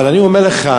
אבל אני אומר לך,